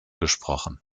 gesprochen